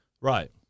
Right